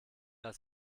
als